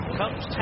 comes